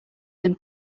than